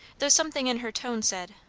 though something in her tone said,